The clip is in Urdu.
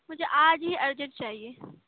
مجھے آج ہی ارجنٹ چاہیے